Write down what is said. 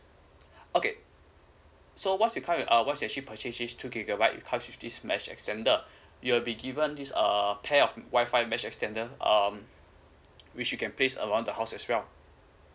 okay so what it come with ~ err once you actually purchase this two gigabytes it comes with this mesh extender you will be given this err pair of wifi mesh extender um which you can place around the house as well